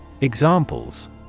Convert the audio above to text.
Examples